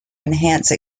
enhance